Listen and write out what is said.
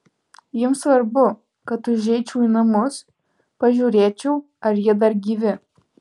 jiems svarbu kad užeičiau į namus pažiūrėčiau ar jie dar gyvi